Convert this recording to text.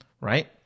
right